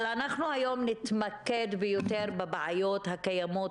אבל היום נתמקד יותר בבעיות הקיימות